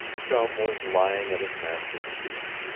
chum was lying at his master's feet.